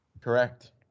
Correct